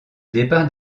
départ